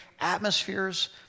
atmospheres